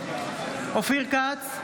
אופיר כץ,